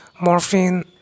morphine